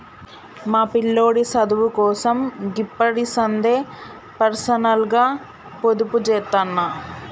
మా పిల్లోడి సదువుకోసం గిప్పడిసందే పర్సనల్గ పొదుపుజేత్తన్న